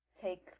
Take